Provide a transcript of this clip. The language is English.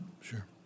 Sure